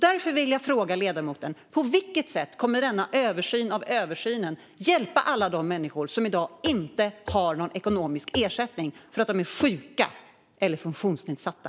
Därför vill jag fråga ledamoten: På vilket sätt kommer denna översyn av översynen att hjälpa alla de människor som i dag inte har någon ekonomisk ersättning för att de är sjuka eller funktionsnedsatta?